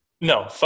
No